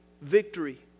victory